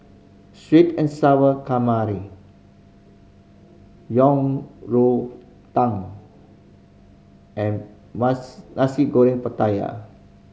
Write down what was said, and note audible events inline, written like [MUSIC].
sweet and Sour Calamari Yang Rou Tang and [UNINTELLIGIBLE] Nasi Goreng Pattaya